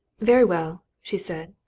very well, she said.